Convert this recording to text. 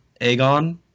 Aegon